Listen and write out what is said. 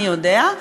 מי יודע.